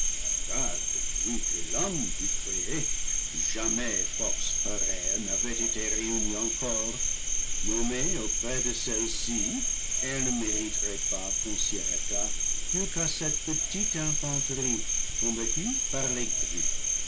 jamais force pareille n'avait été réunie en corps nommée auprès de celle-ci elle ne mériterait pas qu'on s'y arrêtât plus qu'à cette petite infanterie combattue par les grues